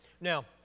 Now